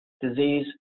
disease